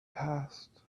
passed